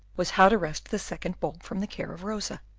was how to wrest the second bulb from the care of rosa.